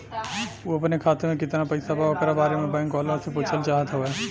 उ अपने खाते में कितना पैसा बा ओकरा बारे में बैंक वालें से पुछल चाहत हवे?